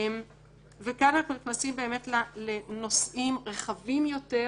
וכאן אנחנו נכנסים באמת לנושאים רחבים יותר,